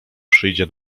przyjdzie